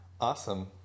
Awesome